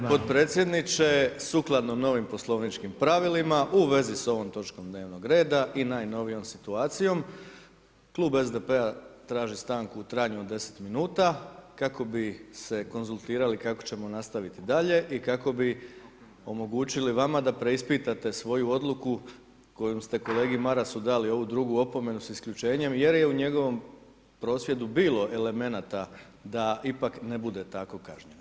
Gospodine potpredsjedniče, sukladno novim poslovničkim pravilima u vezi s ovom točkom dnevnog reda i najnovijom situacijom klub SDP-a traži stanku u trajanju od 10 minuta kako bi se konzultirali kako ćemo nastaviti dalje i kako bi omogućili vama da preispitate svoju odluku kojom ste kolegi Marasu dali ovu drugu opomenu s isključenjem jer je u njegovom prosvjedu bilo elemenata da ipak ne bude tako kažnjen.